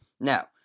Now